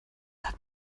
hat